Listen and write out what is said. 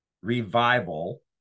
revival